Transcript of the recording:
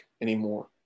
anymore